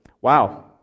wow